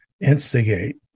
instigate